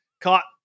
caught